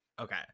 Okay